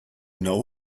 know